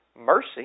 Mercy